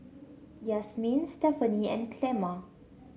Yasmine Stephany and Clemma